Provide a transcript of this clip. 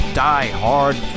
die-hard